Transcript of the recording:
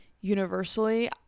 universally